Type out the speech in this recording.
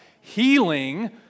healing